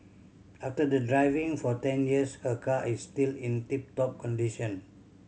after the driving for ten years her car is still in tip top condition